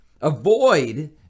Avoid